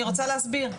אני רוצה להסביר,